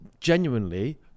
genuinely